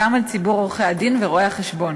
גם על ציבור עורכי-הדין ורואי-החשבון.